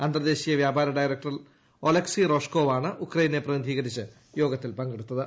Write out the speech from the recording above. അന്തൂർദ്ദേശീയ വ്യാപാര director Oleksiy റോഷ്ക്കോവാണ് ഉക്രൈയ്നെ പ്രതിനിധീകരിച്ച് യോഗത്തിൽ പങ്കെടുത്തത്